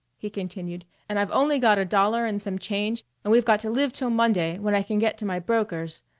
he continued, and i've only got a dollar and some change, and we've got to live till monday, when i can get to my broker's.